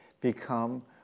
become